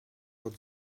what